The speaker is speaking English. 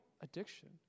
addiction